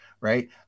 right